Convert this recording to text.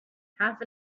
half